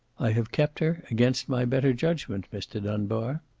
i have kept her, against my better judgment, mr. dunbar.